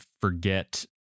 forget